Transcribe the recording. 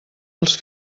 els